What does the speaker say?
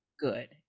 good